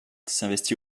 s’investit